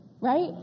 right